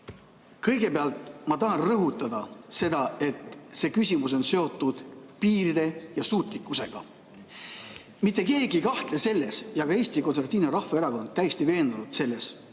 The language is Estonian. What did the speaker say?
Kõigepealt ma tahan rõhutada, et see küsimus on seotud piiride ja suutlikkusega. Mitte keegi ei kahtle selles ja ka Eesti Konservatiivne Rahvaerakond on täiesti veendunud selles,